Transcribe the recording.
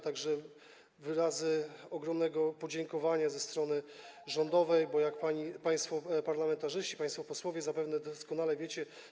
Tak że wyrazy ogromnego podziękowania ze strony rządowej, bo jak państwo parlamentarzyści, państwo posłowie zapewne doskonale wiecie.